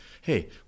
hey